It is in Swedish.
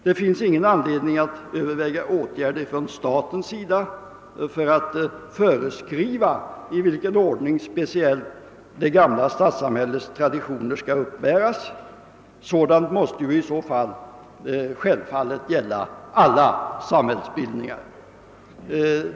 Det finns således ingen anledning att överväga åtgärder från statens sida varigenom man skulle föreskriva i vilken ordning speciellt det gamla stadssamhällets traditioner skall uppbäras; de måste i så fall självfallet gälla alla samhällsbildningar.